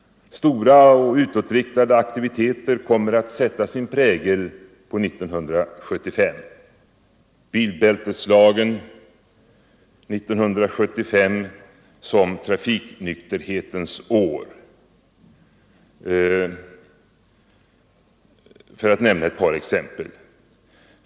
Stora och utåtriktade aktiviteter kommer att sätta sin prägel på 1975. Bilbälteslagen, 1975 som trafiknykterhetens år — för att nämna ett par exempel.